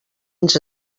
ens